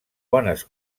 bones